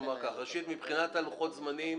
מבחינת לוחות זמנים,